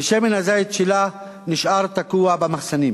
ושמן הזית שלה נשאר תקוע במחסנים.